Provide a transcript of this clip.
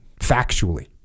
factually